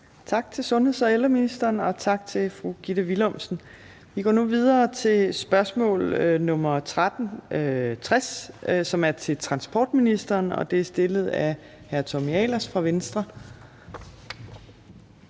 Tak til sundheds- og ældreministeren, og tak til fru Gitte Willumsen. Vi går nu videre til spørgsmål nr. S 1360, som er til transportministeren, og det er stillet af hr. Tommy Ahlers fra Venstre.